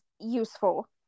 useful